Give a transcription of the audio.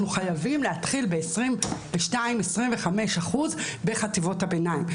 חייבים להתחיל ב-22% ו-25% בחטיבות הביניים.